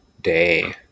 day